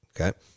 okay